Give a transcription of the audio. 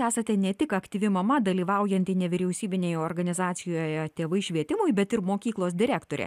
esate ne tik aktyvi mama dalyvaujanti nevyriausybinėje organizacijoje tėvai švietimui bet ir mokyklos direktorė